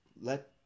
Let